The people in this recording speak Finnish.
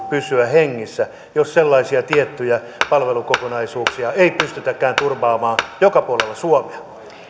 pysyä hengissä jos sellaisia tiettyjä palvelukokonaisuuksia ei pystytäkään turvaamaan joka puolella suomea